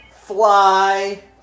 Fly